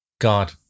God